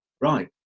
Right